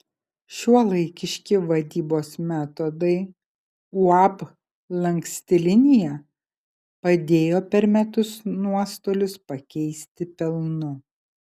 šiuolaikiški vadybos metodai uab lanksti linija padėjo per metus nuostolius pakeisti pelnu